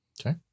Okay